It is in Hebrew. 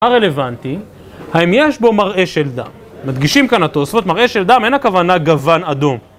הרלוונטי, האם יש בו מראה של דם, מדגישים כאן התוספות, מראה של דם אין הכוונה גוון אדום